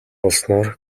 болсноор